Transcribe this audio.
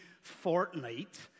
fortnight